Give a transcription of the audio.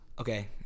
okay